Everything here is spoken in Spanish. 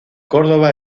córdoba